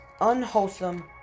unwholesome